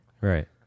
right